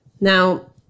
Now